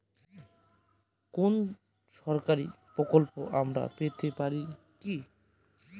কোন সরকারি প্রকল্প আমরা পেতে পারি কি?